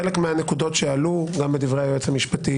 חלק מהנקודות שעלו גם בדברי היועץ המשפטי